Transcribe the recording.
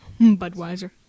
Budweiser